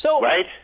Right